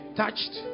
touched